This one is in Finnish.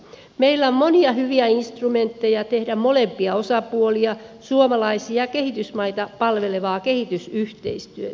meillä on monia hyviä instrumentteja tehdä molempia osapuolia suomalaisia ja kehitysmaita palvelevaa kehitysyhteistyötä